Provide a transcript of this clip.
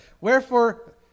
wherefore